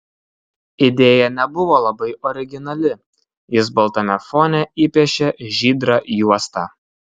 idėja nebuvo labai originali jis baltame fone įpiešė žydrą juostą